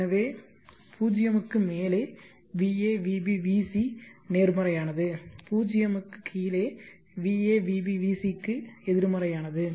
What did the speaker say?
எனவே 0 க்கு மேலே va vb vc நேர்மறையானது 0 கீழே va vb vc க்கு எதிர்மறையானது